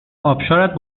آبشارت